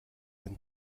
ein